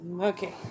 Okay